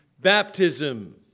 Baptism